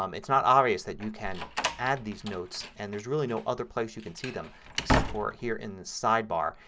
um it's not obvious that you can add these notes and there's really no other place you can see them except for here in the sidebar.